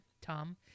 Tom